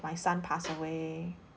my son pass away